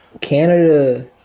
canada